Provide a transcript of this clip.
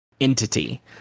entity